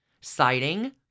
citing